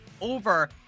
over